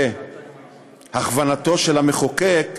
בהכוונתו של המחוקק,